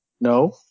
No